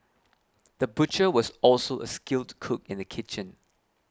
the butcher was also a skilled cook in the kitchen